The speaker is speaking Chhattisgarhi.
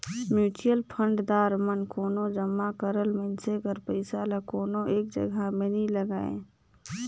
म्युचुअल फंड दार मन कोनो जमा करल मइनसे कर पइसा ल कोनो एक जगहा में नी लगांए